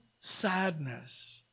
sadness